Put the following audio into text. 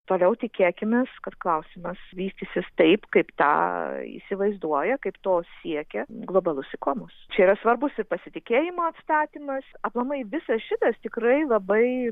toliau tikėkimės kad klausimas vystysis taip kaip tą įsivaizduoja kaip to siekia globalus ikomos čia yra svarbus pasitikėjimo atstatymas aplamai visas šitas tikrai labai